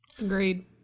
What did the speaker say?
Agreed